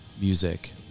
music